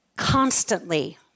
Constantly